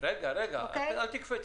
רגע, אל תקפצי.